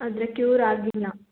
ಆದರೆ ಕ್ಯೂರ್ ಆಗಿಲ್ಲ